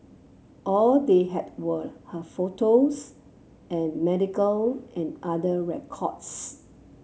all they had were her photos and medical and other records